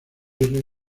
league